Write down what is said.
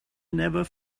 never